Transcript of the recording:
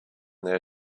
their